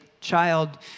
child